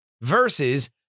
versus